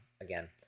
again